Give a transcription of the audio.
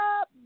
up